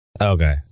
Okay